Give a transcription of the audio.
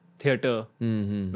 theatre